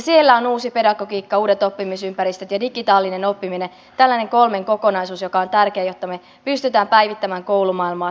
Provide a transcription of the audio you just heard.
siellä on uusi pedagogiikka uudet oppimisympäristöt ja digitaalinen oppiminen tällainen kolmen kokonaisuus joka on tärkeä jotta me pystymme päivittämään koulumaailmaa tulevaisuuden tarpeisiin